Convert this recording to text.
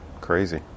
Crazy